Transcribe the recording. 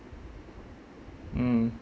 mm